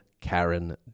Karen